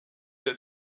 der